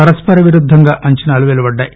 పరస్పర విరుద్దంగా అంచనాలు పెలువడ్డాయి